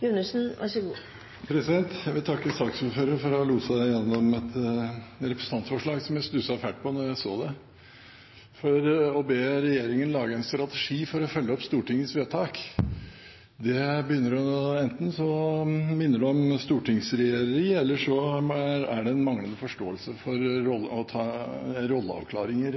da jeg så det, for å be regjeringen lage en strategi for å følge opp Stortingets vedtak minner enten om stortingsregjereri eller rett og slett om en manglende forståelse for rolleavklaringer.